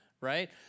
right